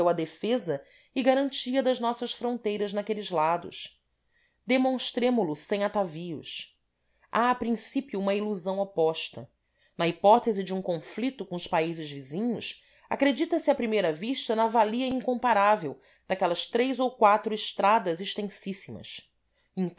à defesa e garantia das nossas fronteiras naqueles lados demonstremo lo sem atavios há a princípio uma ilusão oposta na hipótese de um conflito com os países vizinhos acredita se à primeira vista na valia incomparável daquelas três ou quatro estradas